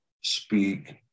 speak